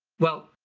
well,